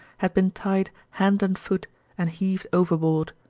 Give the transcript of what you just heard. had been tied hand and foot and heaved overboard.